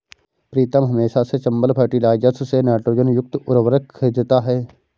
प्रीतम हमेशा से चंबल फर्टिलाइजर्स से नाइट्रोजन युक्त उर्वरक खरीदता हैं